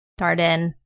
Darden